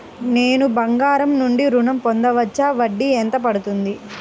నేను బంగారం నుండి ఋణం పొందవచ్చా? వడ్డీ ఎంత పడుతుంది?